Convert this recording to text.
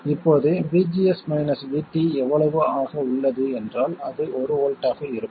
இப்போது VGS minus VT எவ்வளவு ஆக உள்ளது என்றால் அது ஒரு வோல்ட்டாக இருக்கும்